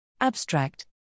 Abstract